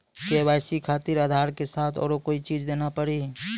KYC खातिर आधार के साथ औरों कोई चीज देना पड़ी?